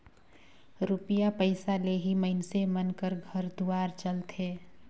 रूपिया पइसा ले ही मइनसे मन कर घर दुवार चलथे